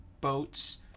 boats